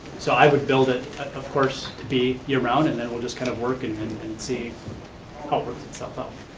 so i would build it, of course, to be year-round and then we'll just kind of work it in and and see how it works itself out.